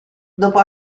dopo